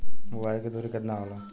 बुआई के दुरी केतना होला?